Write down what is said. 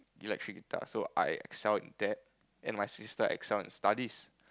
electric guitar so I excel in that and my sister excel in studies